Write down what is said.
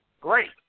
great